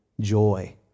joy